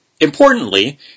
importantly